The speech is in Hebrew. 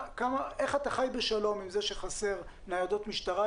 איך אתה חי בשלום עם זה שחסרות ניידות משטרה?